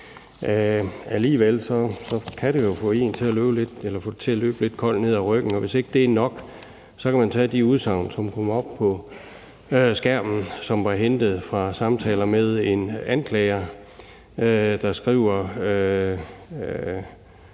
Alligevel kan det jo få det til lidt at løbe en koldt ned af ryggen, og hvis ikke det er nok, kan man tage de udsagn, som kommer op på skærmen, og som var hentet fra samtaler med en anklager, der skriver: